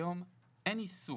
היום אין איסור,